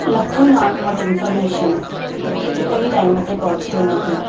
लखनि माण्हुनि वटि इन्फॉर्मेशन हिकु ई टाइम ते पहुची वञे थी